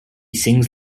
sings